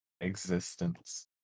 existence